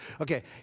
Okay